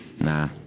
Nah